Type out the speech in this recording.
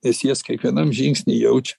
nes jas kiekvienam žingsny jaučia